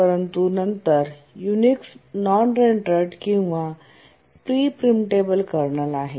परंतु नंतर Unix non reentrant किंवा प्री प्रिम्पटेबल कर्नल आहे